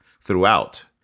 throughout